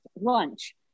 lunch